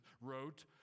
wrote